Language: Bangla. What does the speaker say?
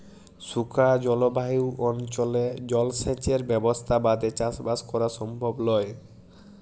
শুখা জলভায়ু অনচলে জলসেঁচের ব্যবসথা বাদে চাসবাস করা সমভব লয়